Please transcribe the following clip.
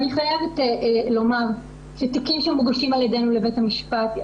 אני חייבת לומר שתיקים שמוגשים על ידנו לבית המשפט,